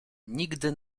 nigdy